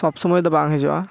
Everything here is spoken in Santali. ᱥᱚᱵ ᱥᱚᱢᱚᱭ ᱫᱚ ᱵᱟᱝ ᱦᱤᱡᱩᱜᱼᱟ